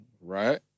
right